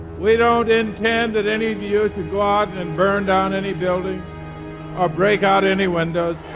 we don't intend that any of you should go out and and burn down any buildings or break out any windows.